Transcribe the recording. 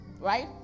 Right